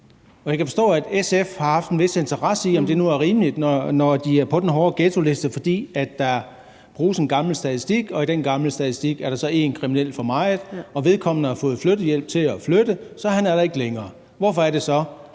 Jeg kan forstå, at SF har haft en vis interesse for, om det nu er rimeligt, at de er på den hårde ghettoliste, fordi der bruges en gammel statistik, og i den gamle statistik er der så én kriminel for meget. Vedkommende har fået hjælp til at flytte, så han er der ikke længere. Hvorfor er det så,